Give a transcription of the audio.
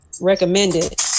recommended